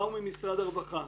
באו ממשרד הרווחה.